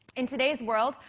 in today's world,